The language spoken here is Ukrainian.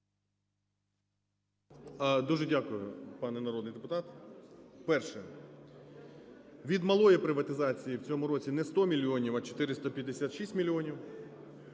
Дуже дякую, пане народний депутат. Перше. Від малої приватизації в цьому році не 100 мільйонів, а 456 мільйонів.